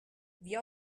wie